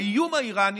האיום האיראני